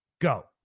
go